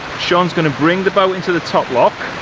shaun's going to bring the boat into the top lock.